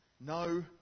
no